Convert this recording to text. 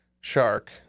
shark